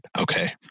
okay